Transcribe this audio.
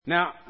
Now